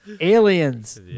Aliens